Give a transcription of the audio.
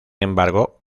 embargo